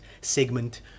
segment